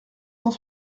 cent